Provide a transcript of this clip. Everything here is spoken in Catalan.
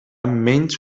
menys